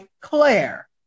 Claire